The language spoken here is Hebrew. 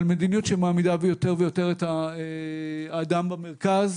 אבל מדיניות שמעמידה יותר ויותר את האדם במרכז,